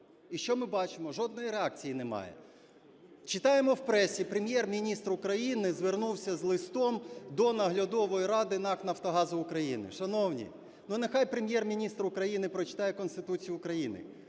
І що ми бачимо? Жодної реакції немає. Читаємо в пресі: Прем'єр-міністр України звернувся з листом до Наглядової ради НАК "Нафтогаз України". Шановні, ну нехай Прем'єр-міністр України прочитає Конституцію України.